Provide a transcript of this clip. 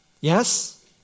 Yes